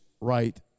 right